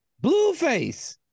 Blueface